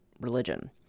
religion